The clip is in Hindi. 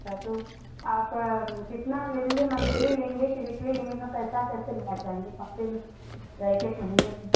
अच्छा तो आप कितना लेंगे मंथली लेंगे कि विकली लेंगे अपना पैसा कैसे लेना चाहेंगे एक हफ़्ते में या एक एक महीने पर